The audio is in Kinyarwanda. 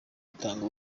ritanga